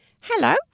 Hello